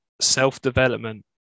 self-development